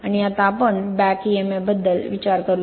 आणि आपण आता बॅक emf बद्दल विचार करा